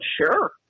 sure